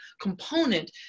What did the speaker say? component